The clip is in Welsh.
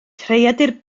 creadur